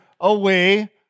away